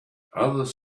others